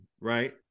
right